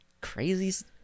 crazy